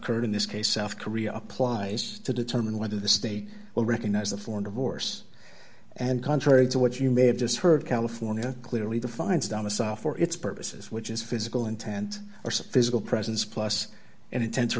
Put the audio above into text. occurred in this case south korea applies to determine whether the state will recognize the foreign divorce and contrary to what you may have just heard california clearly defines domicile for its purposes which is physical intent or some physical presence plus and intend to